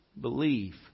believe